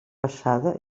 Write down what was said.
passada